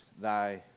thy